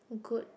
good